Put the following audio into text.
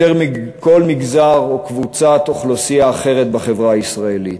יותר מכל מגזר או קבוצת אוכלוסייה אחרת בחברה הישראלית.